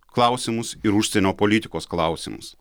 klausimus ir užsienio politikos klausimus